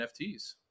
NFTs